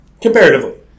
Comparatively